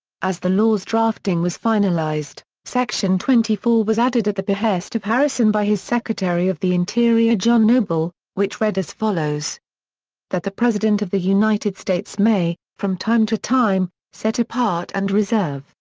as the law's drafting was finalized, section twenty four was added at the behest of harrison by his secretary of the interior john noble, which read as follows that the president of the united states may, from time to time, set apart and reserve,